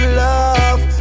love